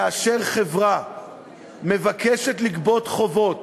כאשר חברה מבקשת לגבות חובות,